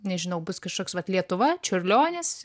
nežinau bus kažkoks vat lietuva čiurlionis